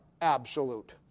absolute